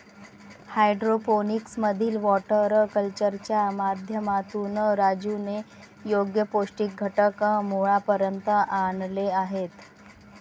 hydroponics मधील water कल्चरच्या माध्यमातून राजूने योग्य पौष्टिक घटक मुळापर्यंत आणले आहेत